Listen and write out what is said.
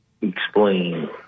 explain